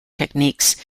techniques